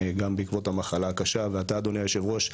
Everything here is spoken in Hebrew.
גם בעקבות המחלה הקשה ואתה אדוני היושב ראש,